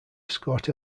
escort